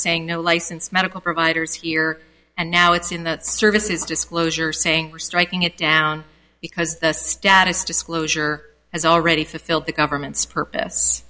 saying no licensed medical providers here and now it's in the services disclosure saying striking it down because the status disclosure has already fulfilled the government's purpose